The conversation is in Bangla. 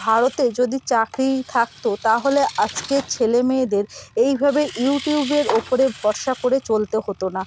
ভারতে যদি চাকরি থাকতো তাহলে আজকে ছেলে মেয়েদের এইভাবে ইউটিউবের ওপরে ভরসা করে চলতে হতো না